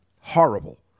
horrible